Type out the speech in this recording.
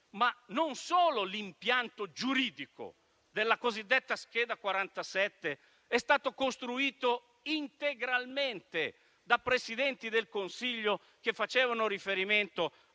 Intanto l'impianto giuridico della cosiddetta scheda 47 è stato costruito integralmente da Presidenti del Consiglio che facevano riferimento